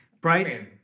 Bryce